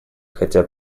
хотя